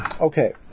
Okay